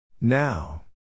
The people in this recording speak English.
Now